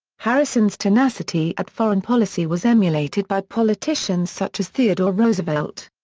harrison's tenacity at foreign policy was emulated by politicians such as theodore roosevelt.